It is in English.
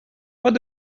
what